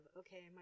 okay